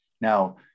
Now